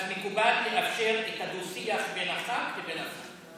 אז מקובל לאפשר את הדו-שיח בין הח"כ לבין השר.